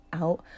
out